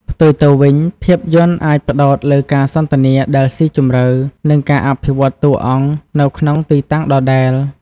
ផ្ទុយទៅវិញ ភាពយន្តអាចផ្ដោតលើការសន្ទនាដែលស៊ីជម្រៅ និងការអភិវឌ្ឍតួអង្គនៅក្នុងទីតាំងដដែល។